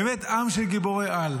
באמת, עם של גיבורי-על.